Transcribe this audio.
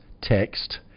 text